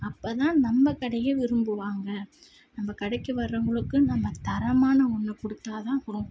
அப்போதான் நம்ம கடையை விரும்புவாங்க நம்ம கடைக்கு வர்றவர்களுக்கு நம்ம தரமான ஒன்றை கொடுத்தாதான் அப்புறம்